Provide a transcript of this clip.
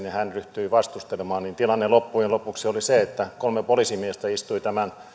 ja hän ryhtyi vastustelemaan tilanne loppujen lopuksi oli se että kolme poliisimiestä istui tämän